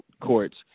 courts